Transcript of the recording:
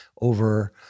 over